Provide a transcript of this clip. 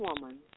woman